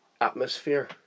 atmosphere